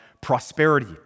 prosperity